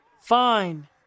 Fine